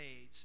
age